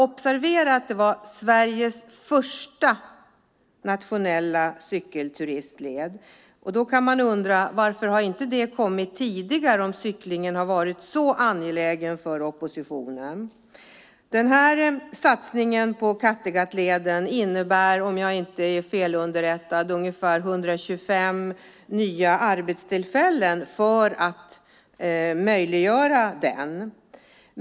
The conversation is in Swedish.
Observera att det är Sveriges första nationella cykelturistled. Då kan man undra varför den inte har kommit tidigare om cyklingen har varit så angelägen för oppositionen. Möjliggörandet av Kattegattleden innebär om jag inte är felunderrättad ungefär 125 nya arbetstillfällen.